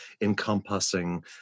encompassing